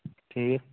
ٹھیٖک